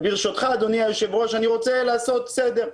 ברשותך אדוני היושב ראש, אני רוצה לעשות סדר.